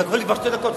לקחו לי כבר שתי דקות,